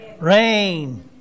Rain